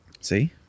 See